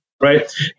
right